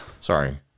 Sorry